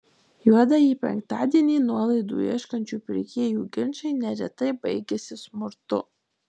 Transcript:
juodąjį penktadienį nuolaidų ieškančių pirkėjų ginčai neretai baigiasi smurtu